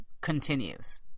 continues